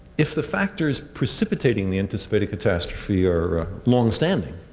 if the factors precipitating the anticipated catastrophe are longstanding,